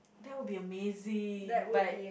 that will be amazing but